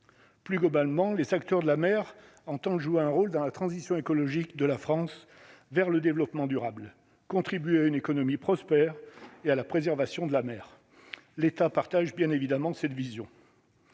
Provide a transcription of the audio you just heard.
plus globalement, les secteurs de la mer en tant, joue un rôle dans la transition écologique de la France vers le développement durable, contribue à une économie prospère et à la préservation de la mer, l'État partage bien évidemment cette vision.